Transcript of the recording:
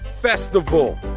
Festival